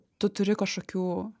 tu turi kažkokių